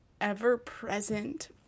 ever-present